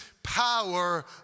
power